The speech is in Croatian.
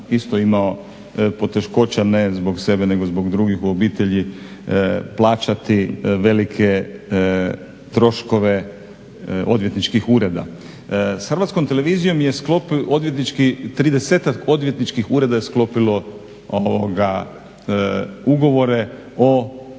isto imao poteškoća ne zbog sebe nego zbog drugih u obitelji plaćati velike troškove odvjetničkih ureda. S Hrvatskom televizijom je 30-ak odvjetničkih ureda sklopilo ugovore o